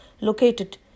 located